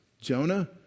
Jonah